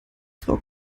frau